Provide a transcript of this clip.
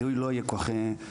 הזיהוי לא יהיה כל כך ממשי,